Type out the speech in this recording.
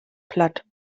platt